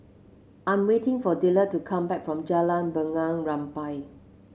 I'm waiting for Dillard to come back from Jalan Bunga Rampai